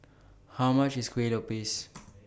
How much IS Kueh Lopes